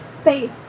space